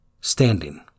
Standing